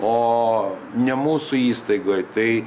o ne mūsų įstaigoj tai